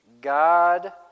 God